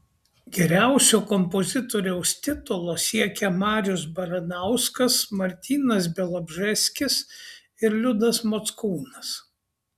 geriausio kompozitoriaus titulo siekia marius baranauskas martynas bialobžeskis ir liudas mockūnas